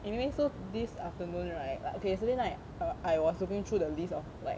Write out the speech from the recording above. anyway so this afternoon right like okay yesterday night uh I was looking through the list of like